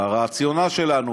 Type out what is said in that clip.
ברציונל שלנו,